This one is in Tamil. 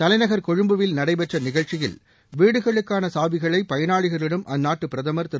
தலைநகர் கொழும்புவில் நடைபெற்ற நிகழ்ச்சியில் வீடுகளுக்கான சாவிகளை பயனாளிகளிடம் அந்நாட்டுப் பிரதமர் திரு